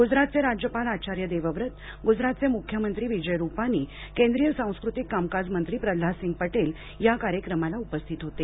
गुजरातचे राज्यपाल आचार्य देवव्रत गुजरातचे मुख्यमंत्री विजय रूपानी केंद्रीय सांस्कृतिक कामकाज मंत्री प्रह्नाद सिंग पटेल या कार्यक्रमाला उपस्थित होते